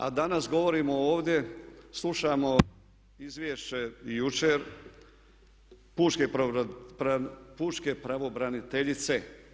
A danas govorimo ovdje slušamo izvješće i jučer pučke pravobraniteljice.